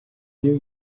new